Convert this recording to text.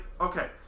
okay